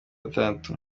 gatandatu